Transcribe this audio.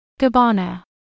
Gabbana